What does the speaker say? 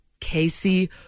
Casey